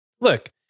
look